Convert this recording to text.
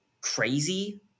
crazy